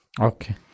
Okay